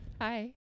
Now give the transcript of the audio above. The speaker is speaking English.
Hi